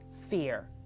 fear